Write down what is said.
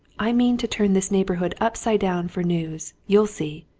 i mean to turn this neighbourhood upside down for news you'll see.